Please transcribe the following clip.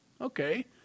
okay